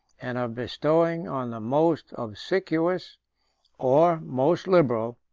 and of bestowing on the most obsequious, or most liberal,